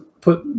put